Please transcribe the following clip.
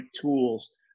tools